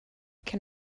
can